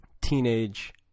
teenage